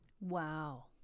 Wow